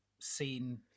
seen